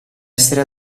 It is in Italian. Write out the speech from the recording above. essere